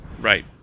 Right